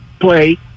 play